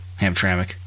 Hamtramck